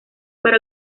para